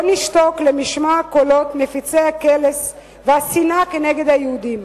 לא נשתוק למשמע הקולות מפיצי הקלס והשנאה כנגד היהודים.